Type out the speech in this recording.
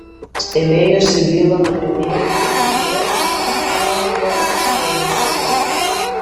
stebėjosi bylą nagrinėjanti teisėja aiva survilienė